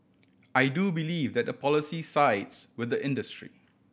I do believe that the policy sides with the industry